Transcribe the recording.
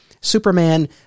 Superman